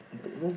don't know